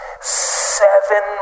seven